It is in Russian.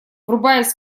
врубаясь